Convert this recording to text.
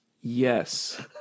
Yes